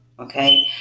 okay